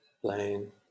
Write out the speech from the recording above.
playing